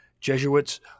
Jesuits